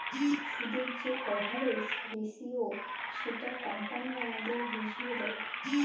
সুদের যে coverage ratio সেটা কোম্পানি আমাদের বুঝিয়ে দেয়